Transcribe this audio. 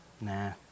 Nah